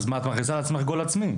את מכניסה לעצמך גול עצמי.